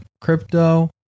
Crypto